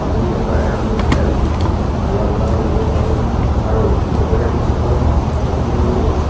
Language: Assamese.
আধুনিকতাৰে আমি খেল খেলা ধূলা কৰিব পাৰোঁ আৰু নগৰীয়া অঞ্চলত বিভিন্ন